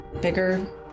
bigger